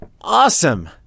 Awesome